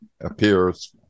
appears